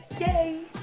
Yay